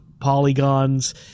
polygons